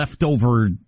leftover